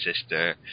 sister